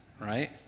right